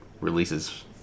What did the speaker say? releases